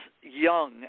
young